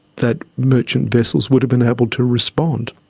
that merchant vessels would have been able to respond.